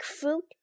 fruit